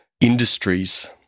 industries